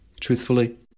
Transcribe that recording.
truthfully